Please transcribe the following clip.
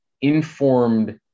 informed